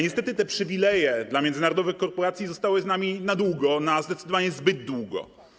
Niestety te przywileje dla międzynarodowych korporacji zostały z nami na długo, zdecydowanie zbyt długo.